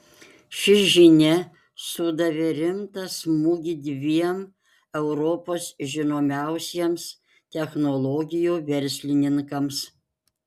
ši žinia sudavė rimtą smūgį dviem europos žinomiausiems technologijų verslininkams